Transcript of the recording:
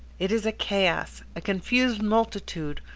it is a chaos a confused multitude,